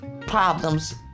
problems